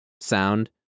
sound